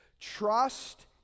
Trust